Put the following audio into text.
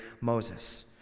Moses